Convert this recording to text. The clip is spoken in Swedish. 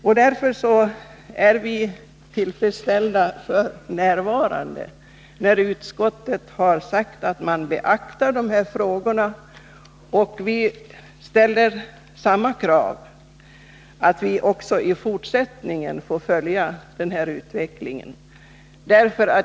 F.n. är vi tillfredsställda med att utskottet har sagt att man beaktar de här frågorna. Vi ställer samma krav att vi också i fortsättningen får följa utvecklingen.